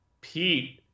Pete –